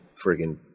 friggin